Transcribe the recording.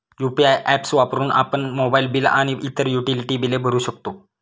UPI apps वापरून आपण mobile bill आणि इतर युटिलिटी बिले भरू शकतो